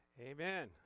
Amen